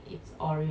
!huh!